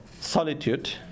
solitude